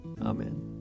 Amen